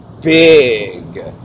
big